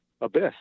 Abyss